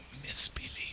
misbelief